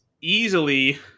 easily